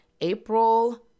April